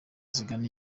zigana